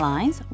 Lines